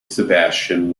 sebastian